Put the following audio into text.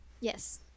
Yes